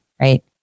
right